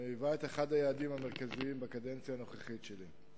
היה אחד היעדים המרכזיים בקדנציה הנוכחית שלי.